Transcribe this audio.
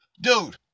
dude